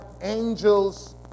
angels